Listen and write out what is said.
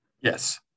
Yes